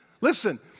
Listen